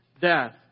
death